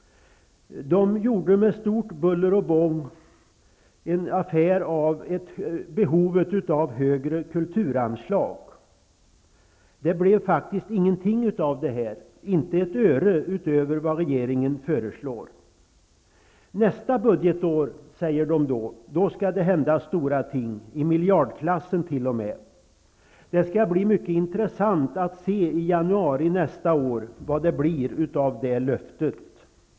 De gjorde med stort buller och bång en affär av behovet av högre kulturanslag. Det blev faktiskt ingenting av detta, inte ett öre utöver vad regeringen föreslår. Nästa budgetår skall det hända stora ting, i miljard klassen t.o.m., säger de. Det skall bli mycket intressant att se i januari nästa år vad det blir av det löftet.